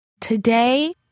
Today